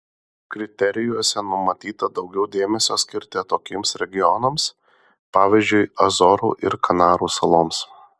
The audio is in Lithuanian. kriterijuose numatyta daugiau dėmesio skirti atokiems regionams pavyzdžiui azorų ir kanarų saloms